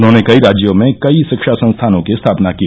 उन्होंने कई राज्यों में कई शिक्षा संस्थानों की स्थापना की